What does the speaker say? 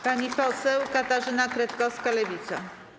Pani poseł Katarzyna Kretkowska, Lewica.